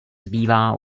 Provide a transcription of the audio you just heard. zbývá